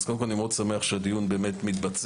ואני מאוד שמח שהדיון מתבצע.